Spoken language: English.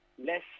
Less